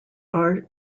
are